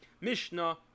Mishnah